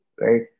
right